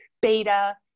beta